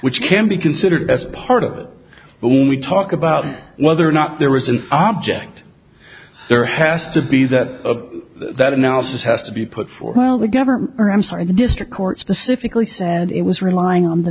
which can be considered as part of it but only talk about whether or not there was an object there has to be that that analysis has to be put forward government or i'm sorry the district court specifically said it was relying on the